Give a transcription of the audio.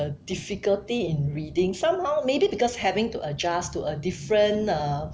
the difficulty in reading somehow maybe because having to adjust to a different err